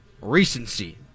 recency